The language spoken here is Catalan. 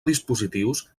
dispositius